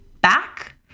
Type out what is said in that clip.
back